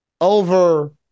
Over